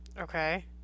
Okay